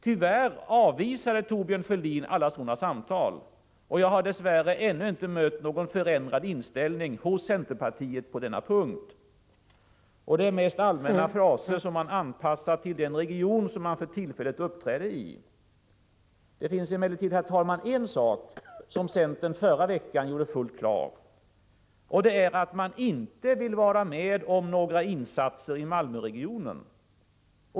Tyvärr avvisade Thorbjörn Fälldin alla sådana samtal, och jag har dess värre ännu inte mött någon förändrad inställning hos centerpartiet på denna punkt. Från centerpartiets sida handlar det mest om allmänna fraser, som man anpassar till den region som man för tillfället uppträder i. Herr talman! Centerpartiet gjorde emellertid en sak fullt klar förra veckan, nämligen att man inte vill vara med om några insatser i Malmöregionen.